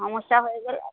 সমস্যা হয়ে গেলে